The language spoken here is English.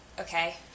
Okay